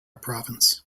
province